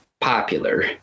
popular